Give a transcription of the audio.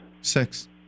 Six